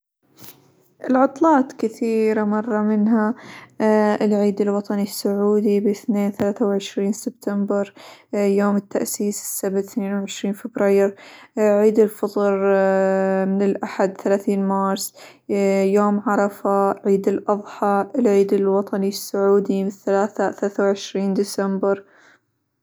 العطلات كثيرة مرة منها: العيد الوطني السعودي -بإثنين- ثلاثة وعشرين سبتمبر، يوم التأسيس السبت إثنين وعشرين فبراير، عيد االفطر من الأحد ثلاثين مارس، يوم عرفة، عيد الأظحى، العيد الوطني السعودي -ثلاثة- ثلاثة وعشرين ديسمبر.